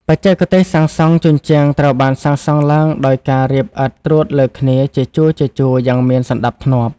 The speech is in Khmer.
បច្ចេកទេសសាងសង់ ជញ្ជាំងត្រូវបានសាងសង់ឡើងដោយការរៀបឥដ្ឋត្រួតលើគ្នាជាជួរៗយ៉ាងមានសណ្តាប់ធ្នាប់។